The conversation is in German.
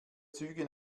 züge